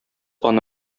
аны